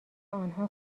آنها